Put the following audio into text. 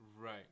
Right